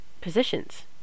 positions